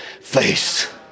face